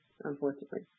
unfortunately